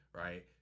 right